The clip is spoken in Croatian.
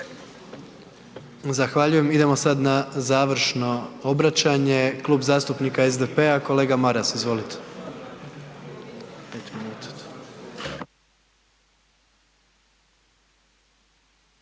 Zahvaljujem. Idemo sad na završno obraćanje, Klub zastupnika SDP-a, kolega Maras, izvolite.